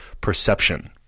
Perception